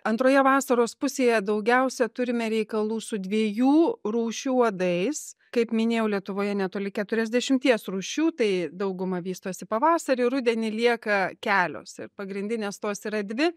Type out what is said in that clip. antroje vasaros pusėje daugiausia turime reikalų su dviejų rūšių uodais kaip minėjau lietuvoje netoli keturiasdešimties rūšių tai dauguma vystosi pavasarį rudenį lieka kelios ir pagrindinės tos yra dvi